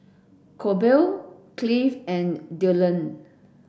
Colby Cleve and Dillon